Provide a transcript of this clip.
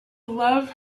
love